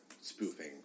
spoofing